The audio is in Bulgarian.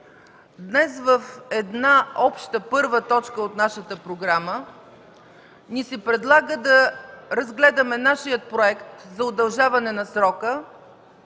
Днес в една обща първа точка от нашата програма ни се предлага да разгледаме нашия проект за удължаване на срока